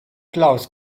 clouds